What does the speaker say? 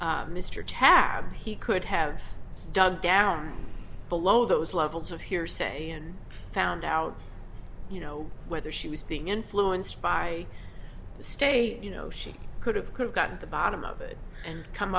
mr tab he could have dug down below those levels of hearsay and found out you know whether she was being influenced by the state you know she could have could have got to the bottom of it and come